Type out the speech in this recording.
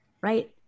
right